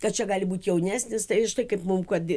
kad čia gali būt jaunesnis tai štai kaip mum kad